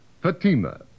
Fatima